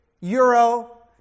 euro